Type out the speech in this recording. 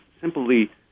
simply